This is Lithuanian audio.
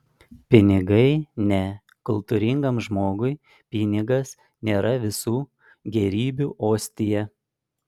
pinigai ne kultūringam žmogui pinigas nėra visų gėrybių ostija